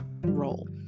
role